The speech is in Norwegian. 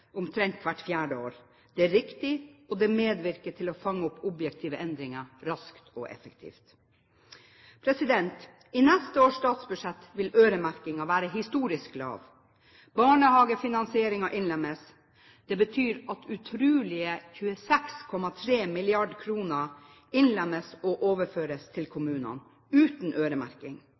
omtrent hvert fjerde år. Det er riktig, og det medvirker til å fange opp objektive endringer raskt og effektivt. I neste års statsbudsjett vil øremerkingen være historisk lav. Barnehagefinansieringen innlemmes. Det betyr at utrolige 26,3 mrd. kr innlemmes og overføres til kommunene, uten øremerking.